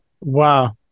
Wow